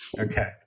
Okay